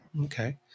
Okay